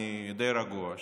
אני די רגוע,